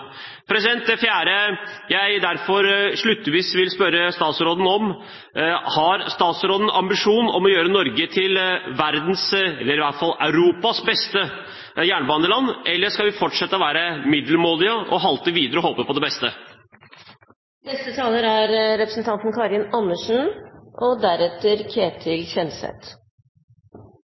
Det fjerde jeg derfor avslutningsvis vil spørre statsråden om, er: Har statsråden ambisjon om å gjøre Norge til verdens, eller i hvert fall Europas, beste jernbaneland, eller skal vi fortsette å være middelmådige og halte videre og håpe på det beste?